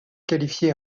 qualifié